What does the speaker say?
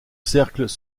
cercles